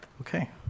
Okay